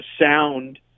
sound